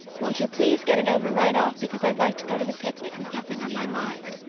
won't you please get it over right off because i'd like to go to the picnic with nothing on my mind.